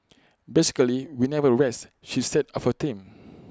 basically we never rest she said of her team